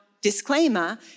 disclaimer